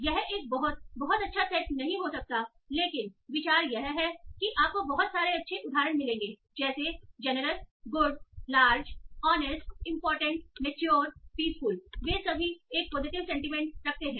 यह एक बहुत बहुत अच्छा सेट नहीं हो सकता है लेकिन विचार यह है कि आपको बहुत सारे अच्छे उदाहरण मिलेंगे जैसे जैनरस गुडलारज ऑनेस्ट इंपॉर्टेंट मैच्योर पीसफुल वे सभी एक पॉजिटिव सेंटीमेंट रखते हैं